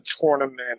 tournament